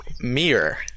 mirror